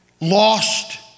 lost